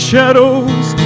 Shadows